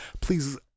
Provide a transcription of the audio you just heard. please